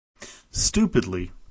Stupidly